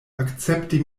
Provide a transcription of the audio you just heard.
akcepti